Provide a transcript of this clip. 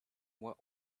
were